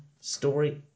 story